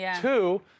Two